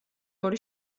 ორი